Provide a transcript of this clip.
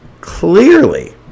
clearly